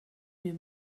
mir